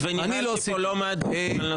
ניהלתי כאן לא מעט דיונים.